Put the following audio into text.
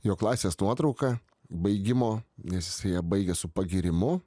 jo klasės nuotrauka baigimo nes jisai ją baigė su pagyrimu